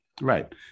right